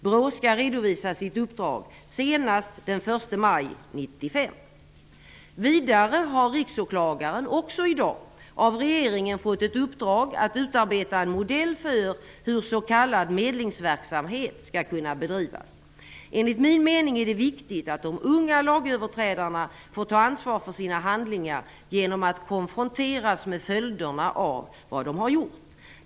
BRÅ skall redovisa sitt uppdrag senast den 1 maj 1995. Vidare har Riksåklagaren i dag av regeringen fått ett uppdrag att utarbeta en modell för hur s.k. medlingsverksamhet skall kunna bedrivas. Enligt min mening är det viktigt att de unga lagöverträdarna får ta ansvar för sina handlingar genom att konfronteras med följderna av vad de gjort.